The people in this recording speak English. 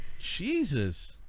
Jesus